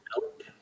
Nope